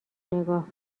نگاه